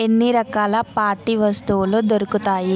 ఎన్ని రకాల పార్టీ వస్తువులు దొరుకుతాయి